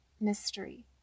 mystery